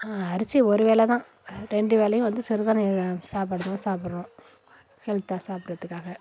அரிசி ஒரு வேளை தான் ரெண்டு வேளையும் வந்து சிறுதானியம் சாப்பாடு தான் சாப்பிட்றோம் ஹெல்த்தாக சாப்பிட்றதுக்காக